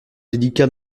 délicat